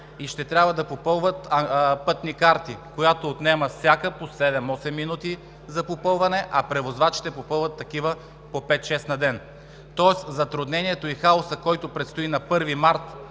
и ще трябва да попълват пътни карти, която отнема всяка по 7 – 8 минути за попълване, а превозвачите попълват такива по 5 – 6 на ден. Тоест затруднението и хаосът, които предстоят на 1 март,